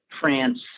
France